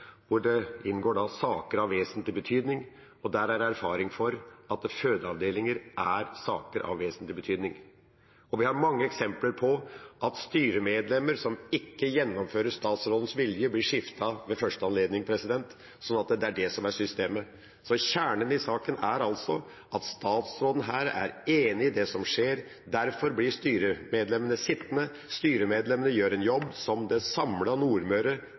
hvor det inngår saker av «vesentlig betydning», og der er det erfaring for at fødeavdelinger er saker av vesentlig betydning. Vi har mange eksempler på at styremedlemmer som ikke gjennomfører statsrådens vilje, blir skiftet ut ved første anledning – det er det som er systemet. Kjernen i saken er at statsråden er enig i det som skjer. Derfor blir styremedlemmene sittende, styremedlemmene gjør en jobb som det samlede Nordmøre,